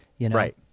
right